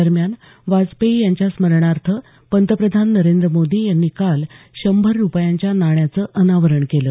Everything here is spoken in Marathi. दरम्यान वाजपेयी यांच्या सन्मानार्थ पंतप्रधान नरेंद्र मोदी यांनी काल शंभर रुपयांच्या नाण्याचं अनावरण केलं